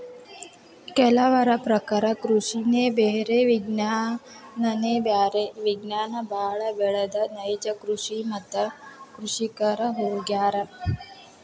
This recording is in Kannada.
ಕೆಲವರ ಪ್ರಕಾರ ಕೃಷಿನೆ ಬೇರೆ ವಿಜ್ಞಾನನೆ ಬ್ಯಾರೆ ವಿಜ್ಞಾನ ಬಾಳ ಬೆಳದ ನೈಜ ಕೃಷಿ ಮತ್ತ ಕೃಷಿಕರ ಹೊಗ್ಯಾರ